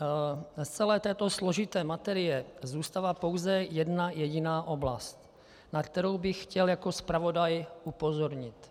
Z celé této složité materie zůstala pouze jedna jediná oblast, na kterou bych chtěl jako zpravodaj upozornit.